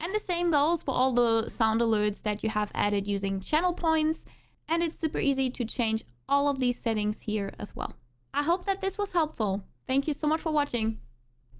and the same goes for all the sound alerts that you have added using channel points and it's super easy to change all of these settings here as well i hope that this was helpful thank you so much for watching